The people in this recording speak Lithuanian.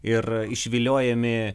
ir išviliojami